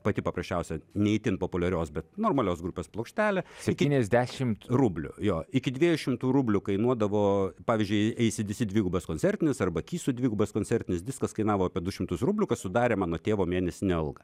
pati paprasčiausia ne itin populiarios bet normalios grupės plokštelė septyniasdešimt rublių jo iki dviejų šimtų rublių kainuodavo pavyzdžiui acc dvigubas koncertinis arba kisų dvigubas koncertinis diskas kainavo apie du šimtus rublių kas sudarė mano tėvo mėnesinę algą